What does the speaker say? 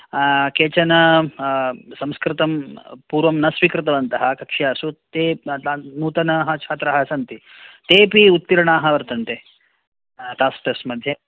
केचन संस्कृतं पूर्वं न स्वीकृतवन्तः कक्षासु ते तान् नूतनाः छात्राः सन्ति तेऽपि उत्तीर्णाः वर्तन्ते क्लास् टेस्ट् मध्ये